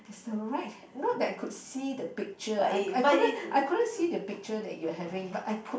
it's alright know that I could see the picture I I couldn't I couldn't see the picture that you are having but I could